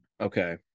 okay